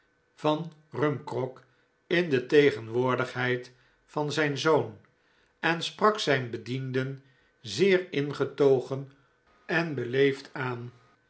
van rumgrog in tegen woordigheid van zijn zoon en sprak zijn bedienden zeer ingetogen en beleefd aan